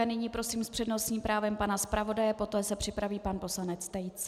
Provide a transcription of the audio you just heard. A nyní prosím s přednostním právem pana zpravodaje, poté se připraví pan poslanec Tejc.